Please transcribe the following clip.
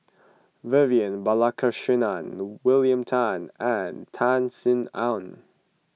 Vivian Balakrishnan William Tan and Tan Sin Aun